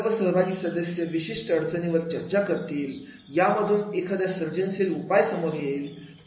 सर्व सहभागी सदस्य विशिष्ट अडचणीवर चर्चा करतील यामधून एखादा सर्जनशील उपाय समोर येईल